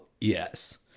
Yes